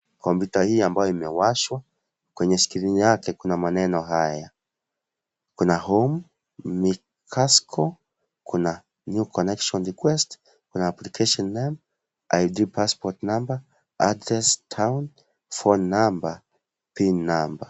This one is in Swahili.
Kompyuta hii ambayo imewashwa kwenye skrini yake kuna maneno haya, kuna home mikasko kuna new connection request na application name, id passport number, address town, phone number, pin number .